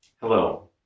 Hello